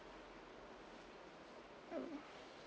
oh